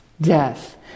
death